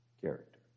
character